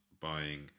buying